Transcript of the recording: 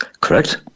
Correct